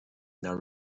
now